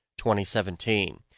2017